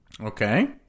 Okay